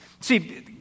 See